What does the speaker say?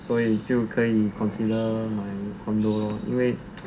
所以就可以 consider 买 condo lor 因为